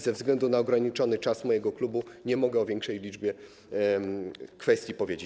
Ze względu na ograniczony czas mojego klubu nie mogę o większej liczbie kwestii powiedzieć.